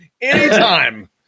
anytime